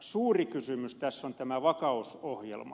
suuri kysymys tässä on tämä vakausohjelma